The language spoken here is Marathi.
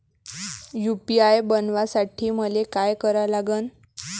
यू.पी.आय बनवासाठी मले काय करा लागन?